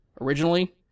originally